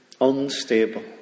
unstable